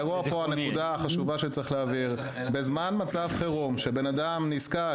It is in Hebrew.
האירוע הוא הנקודה החשובה שצריך להבהיר: בזמן מצב חירום שבן אדם נזקק